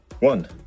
One